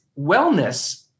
wellness